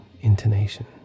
intonation